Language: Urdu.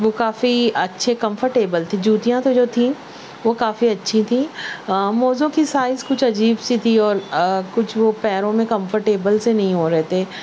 وہ کافی اچھے کمفرٹیبل تھے جوتیاں تو جو تھیں وہ کافی اچھی تھیں موزوں کی سائز کچھ عجیب سی تھی اور کچھ وہ پیروں میں کمفرٹیبل سے نہیں ہو رہے تھے